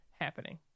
happening